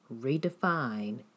redefine